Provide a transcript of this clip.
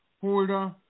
Holder